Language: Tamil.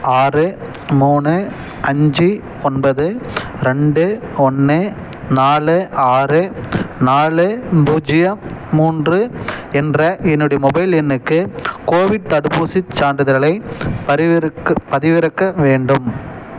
ஆறு மூணு அஞ்சு ஒன்பது ரெண்டு ஒன்று நாலு ஆறு நாலு பூஜ்ஜியம் மூன்று என்ற என்னுடைய மொபைல் எண்ணுக்கு கோவிட் தடுப்பூசிச் சான்றிதழைப் பரிவிறக்க பதிவிறக்க வேண்டும்